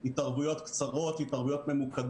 אולי קצת יורד מהטענה שלו שכדי לטפל במישהו